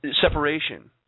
separation